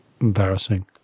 embarrassing